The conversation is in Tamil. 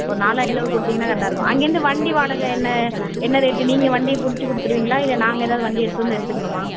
ஒரு நாலு ஐநூறுக்கு கொடுத்தீங்கன்னா கரெக்டாக இருக்கும் அங்கேயிருந்து வண்டி வாடகை என்ன என்ன ரேட்டு நீங்கள் வண்டி பிடிச்சி கொடுத்துடுவீங்களா இல்லை நாங்கள் ஏதாவது வண்டி எடுத்துகிட்டு வந்து எடுத்துக்கணுமா